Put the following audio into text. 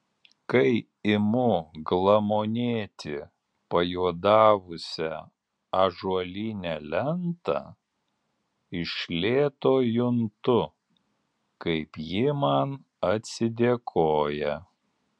kai imu glamonėti pajuodavusią ąžuolinę lentą iš lėto juntu kaip ji man atsidėkoja